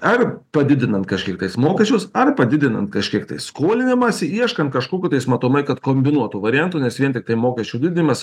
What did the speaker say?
ar padidinant kažkiek tais mokesčius ar padidinant kažkiek tai skolinimąsi ieškan kažkokio tais matomai kad kombinuoto varianto nes vien tiktai mokesčių didinimas